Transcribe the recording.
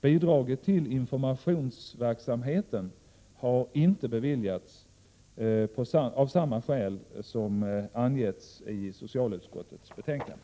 Bidrag till informationsverksamheten har däremot inte beviljats av samma skäl som angetts i socialutskottets betänkande.